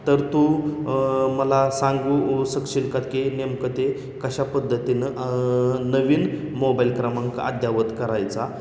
तर तू मला सांगू शकशील का की नेमकं ते कशा पद्धतीनं नवीन मोबाईल क्रमांक अद्ययावत करायचा